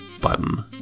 button